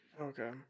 okay